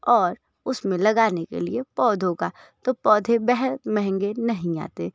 और उसमें लगाने के लिए पौधों का तो पौधे बहुत महंगे नहीं आते